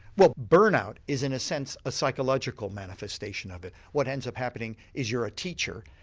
well burnout is in a sense a psychological manifestation of it. what ends up happening is you're a teacher,